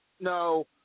no